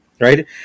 right